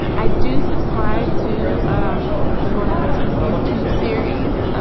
i do subscribe to um the bon appetit youtube series,